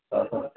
ആഹ് ആഹ്